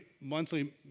monthly